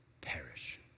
perish